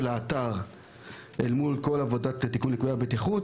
האתר אל מול כל עבודת התיקון של ליקויי הבטיחות,